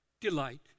delight